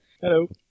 Hello